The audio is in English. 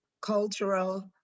cultural